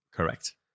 Correct